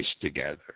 together